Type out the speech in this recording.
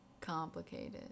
complicated